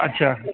अच्छा